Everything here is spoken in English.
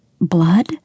blood